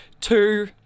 two